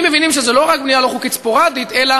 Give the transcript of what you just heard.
האם מבינים שזה לא רק בנייה לא חוקית ספורדית אלא